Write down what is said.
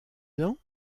ans